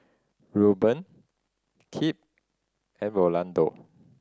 Rueben Kip and Rolando